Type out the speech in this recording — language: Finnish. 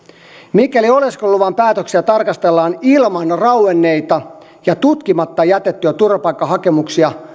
mikäli oleskeluluvan päätöksiä tarkastellaan ilman rauenneita ja tutkimatta jätettyjä turvapaikkahakemuksia